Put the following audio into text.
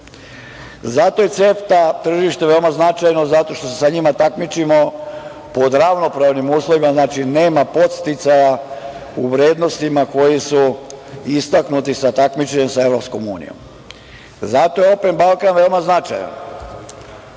je CEFTA tržište veoma značajno, zato što se sa njima takmičimo pod ravnopravnim uslovima. Znači, nema podsticaja u vrednostima koje su istaknute sa takmičenja sa EU. Zato je „Open Balkan“ veoma značajan.